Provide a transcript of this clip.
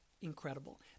incredible